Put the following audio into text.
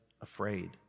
afraid